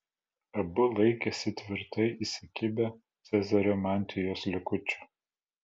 abu laikėsi tvirtai įsikibę cezario mantijos likučių